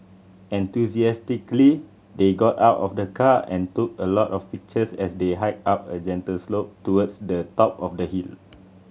enthusiastically they got out of the car and took a lot of pictures as they hiked up a gentle slope towards the top of the hill